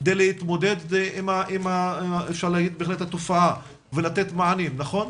כדי להתמודד עם התופעה ולתת מענים, נכון?